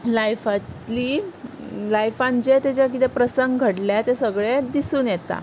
लायफांतली लायफान जे ताच्या कितें प्रसंग घडल्या ते सगळे दिसून येता